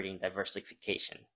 diversification